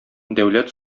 дәүләт